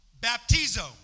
Baptizo